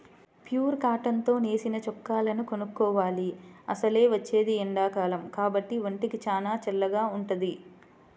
pure cotton తో నేసిన చొక్కాలను కొనుక్కోవాలి, అసలే వచ్చేది ఎండాకాలం కాబట్టి ఒంటికి చానా చల్లగా వుంటది